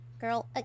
girl